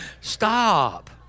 Stop